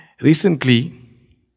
Recently